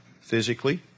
physically